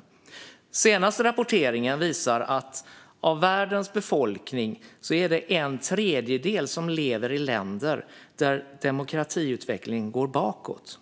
Den senaste rapporteringen visar att av världens befolkning lever en tredjedel i länder där demokratiutvecklingen går bakåt.